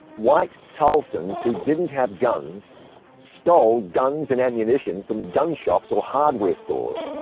white tulsans who didn't have guns stole guns and ammunition from gun shops or hardware stores,